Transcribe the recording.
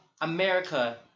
America